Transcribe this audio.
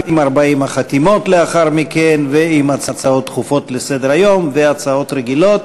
עם 40 החתימות לאחר מכן ועם הצעות דחופות לסדר-היום והצעות רגילות.